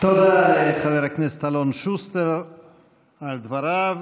תודה לחבר הכנסת אלון שוסטר על דבריו.